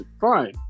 fine